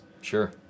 Sure